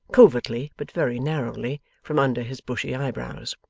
covertly but very narrowly, from under his bushy eyebrows.